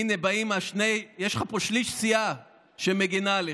הינה, באים שני, יש לך פה שליש סיעה שמגינים עליך.